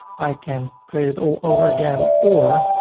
i can create it all over again or